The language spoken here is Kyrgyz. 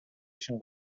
ишин